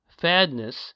Fadness